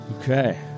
Okay